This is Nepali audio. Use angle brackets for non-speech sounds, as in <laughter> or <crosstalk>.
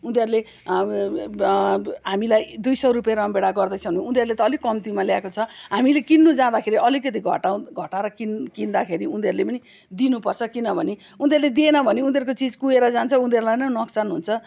उनीहरूले <unintelligible> हामीलाई दुई सौ रुपियाँ रमभेडा गर्दैछ भने उनीहरूले त अलिक कम्तीमा ल्याएको छ हामीले किन्नु जाँदाखेरि अलिकति घटाएर किन्दाखेरि उनीहरूले पनि दिनुपर्छ किनभने उनीहरूले दिएन भने उनीहरूको चिज कुहिएर जान्छ उनीहरूलाई नै नोक्सान हुन्छ